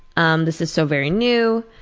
um this is so very new.